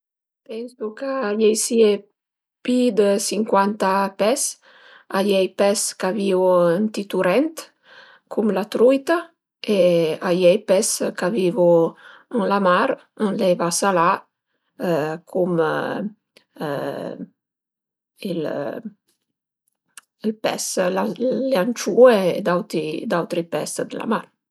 Pensu ch'a ie sie pi dë sincuanta pes, a ie i pes ch'a vivu ënt i turent cum la truita e ai i pes ch'a vivu ën la mar, ën l'eva salà cum ël pes, le anciue e d'autri pes d'la mar